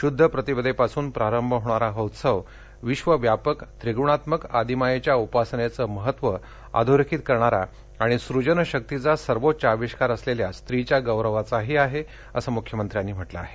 शुद्ध प्रतिपदेपासून प्रारंभ होणारा हा उत्सव विश्वव्यापक त्रिग्णात्मक आदिमायेच्या उपासनेचे महत्त्व अधोरेखित करणारा आणि सुजनशक्तीचा सर्वोच्च आविष्कार असलेल्या स्त्रीच्या गौरवाचाही आहे असं मुख्यमंत्र्यांनी म्हंटल आहे